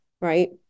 right